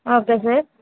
okay sir